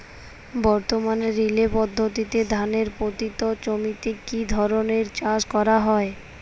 বর্তমানে রিলে পদ্ধতিতে ধানের পতিত জমিতে কী ধরনের চাষ করা হয়?